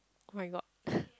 oh-my-God